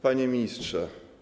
Panie Ministrze!